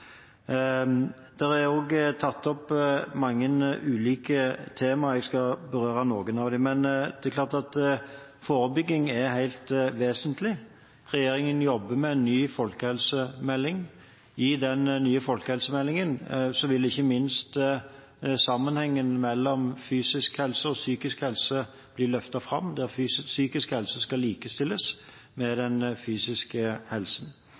er også tatt opp mange ulike temaer. Jeg skal berøre noen av dem. Men det er klart at forebygging er helt vesentlig. Regjeringen jobber med en ny folkehelsemelding. I den nye folkehelsemeldingen vil ikke minst sammenhengen mellom fysisk helse og psykisk helse bli løftet fram, der psykisk helse skal likestilles med